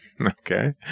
Okay